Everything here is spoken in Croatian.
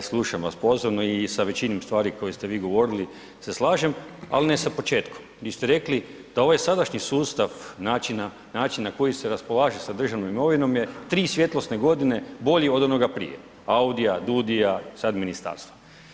slušam vas pozorno i sa većinom stvari koju ste vi govorili se slažem ali ne sa početkom gdje ste rekli da ovaj sadašnji sustav načina na koji se raspolaže sa državnom imovinom je 3 svjetlosne godine bolji od onoga prije, AUDI-a, DUUDI-a i sad ministarstva.